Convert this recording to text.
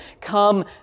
Come